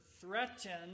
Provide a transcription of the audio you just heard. threatened